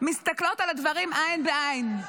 מסתכלות על הדברים עין בעין.